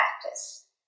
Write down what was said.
practice